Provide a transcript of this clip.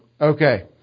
Okay